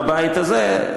בבית הזה,